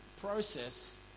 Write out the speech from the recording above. process